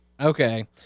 Okay